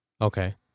Okay